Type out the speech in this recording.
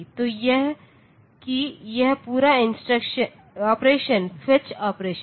तो यह कि यह पूरा ऑपरेशन फेच ऑपरेशन है